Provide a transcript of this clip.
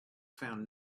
found